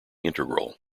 integral